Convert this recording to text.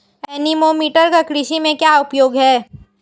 Anemometer का कृषि में क्या उपयोग है?